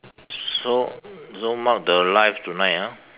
so zoom out the live tonight ah